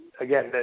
again